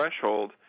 threshold